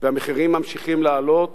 והמחירים ממשיכים לעלות.